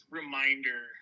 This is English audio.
reminder